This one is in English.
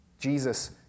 Jesus